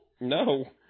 No